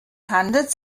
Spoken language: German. handelt